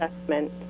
assessment